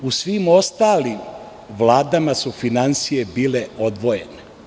U svim ostalim vladama su finansije bile odvojene.